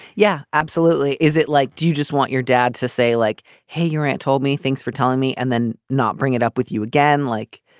yeah absolutely. is it like do you just want your dad to say like hey your aunt told me thanks for telling me and then not bring it up with you again like.